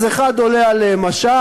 אז אחד עולה על משט,